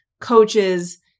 coaches